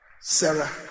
Sarah